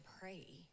pray